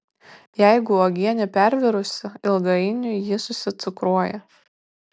jeigu uogienė pervirusi ilgainiui ji susicukruoja